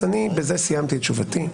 אז אני בזה סיימתי את תשובתי.